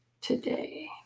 today